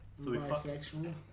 bisexual